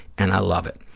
and i love it.